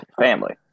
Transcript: Family